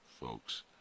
folks